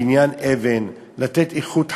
בניין אבן, לתת איכות חיים,